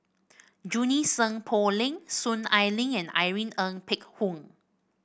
Junie Sng Poh Leng Soon Ai Ling and Irene Ng Phek Hoong